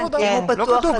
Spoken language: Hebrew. אם הוא פתוח,